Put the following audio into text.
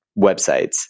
websites